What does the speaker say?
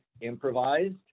improvised